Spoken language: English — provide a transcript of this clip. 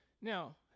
Now